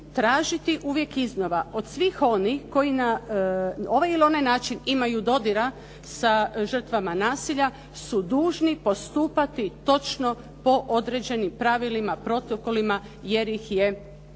tražiti uvijek iznova od svih onih koji na ovaj ili onaj način imaju dodira sa žrtvama nasilja su dužni postupati točno po određenim pravilima, protokolima jer ih je Hrvatska